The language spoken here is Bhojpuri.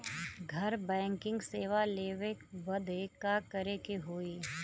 घर बैकिंग सेवा लेवे बदे का करे के होई?